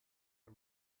the